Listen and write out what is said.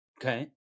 okay